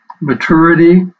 maturity